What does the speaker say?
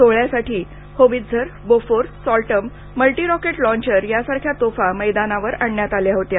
सोहळ्यासाठी howitzer Bofors Soltam multirocket launcher यांसारख्या तोफा मैदानावर आणण्यात आल्या होत्या